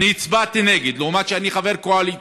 אני הצבעתי נגד, למרות שאני חבר קואליציה.